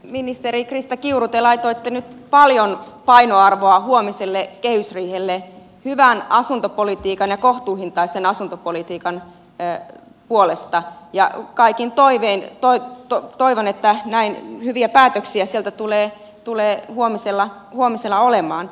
ministeri krista kiuru te laitoitte nyt paljon painoarvoa huomiselle kehysriihelle hyvän asuntopolitiikan ja kohtuuhintaisen asuntopolitiikan puolesta ja toivon että näin hyviä päätöksiä siellä tulee huomisella olemaan